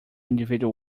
individual